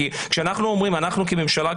כשאנחנו כממשלה,